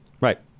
Right